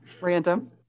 Random